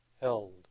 held